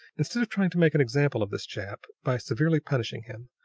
instead of trying to make an example of this chap, by severely punishing him,